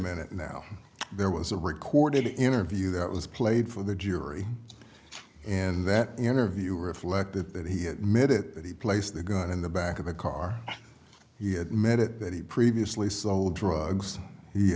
minute now there was a recorded interview that was played for the jury and that interview reflect that that he admitted that he placed the gun in the back of the car he had met it that he previously sold drugs he